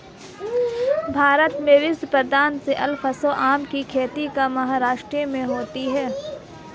भारत में विश्व प्रसिद्ध अल्फांसो आम की खेती महाराष्ट्र में होती है